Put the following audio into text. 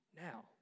now